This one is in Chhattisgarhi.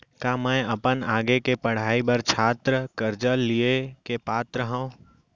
का मै अपन आगे के पढ़ाई बर छात्र कर्जा लिहे के पात्र हव?